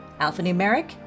Alphanumeric